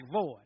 void